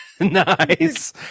Nice